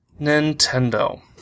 Nintendo